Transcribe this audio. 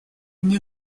мне